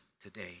today